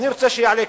אני רוצה שיעלה כאן.